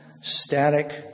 static